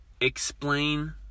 explain